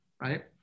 right